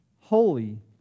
holy